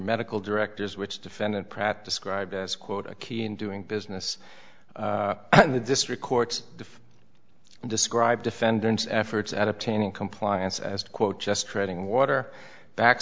medical directors which defendant pratt described as quote a key in doing business in the district court if described defendant's efforts at obtaining compliance as quote just treading water back